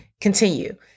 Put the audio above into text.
Continue